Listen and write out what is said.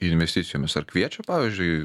investicijomis ar kviečia pavyzdžiui